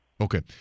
Okay